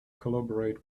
collaborate